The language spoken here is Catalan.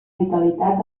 vitalitat